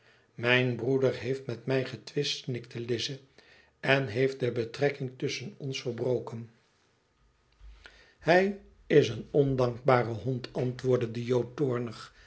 mijn broeder heeft met mij getwist snikte lize en heeft de betrekking tusschen ons verbroken hij is een ondankbare hond antwoordde de jood